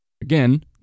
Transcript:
Again